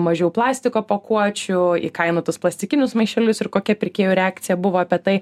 mažiau plastiko pakuočių įkainotus plastikinius maišelius ir kokia pirkėjų reakcija buvo apie tai